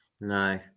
No